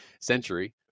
century